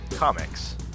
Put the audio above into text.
Comics